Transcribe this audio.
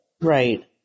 Right